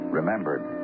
remembered